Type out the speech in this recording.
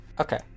Okay